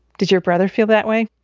did your brother feel that way?